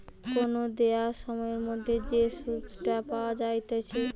কোন দেওয়া সময়ের মধ্যে যে সুধটা পাওয়া যাইতেছে